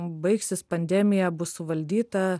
baigsis pandemija bus suvaldyta